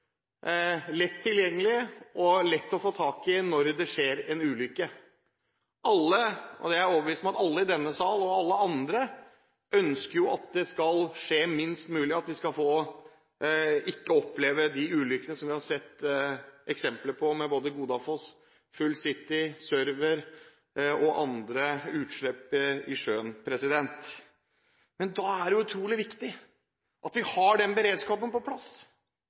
lett tilgjengelig, og som det er lett å få tak i når det skjer en ulykke. Jeg er overbevist om at alle i denne sal, og alle andre, ønsker at det skal skje minst mulig ulykker, at vi ikke skal oppleve de ulykkene som vi har sett eksempler på både med «Godafoss», «Full City» og «Server» – og andre utslipp i sjøen. Men da er det utrolig viktig at vi har beredskapen på plass,